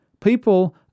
people